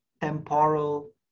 temporal